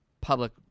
public